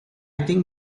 think